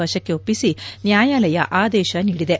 ವಶಕ್ಕೆ ಒಪ್ಪಿಸಿ ನ್ಯಾಯಾಲಯ ಆದೇಶ ನೀಡಿದೆ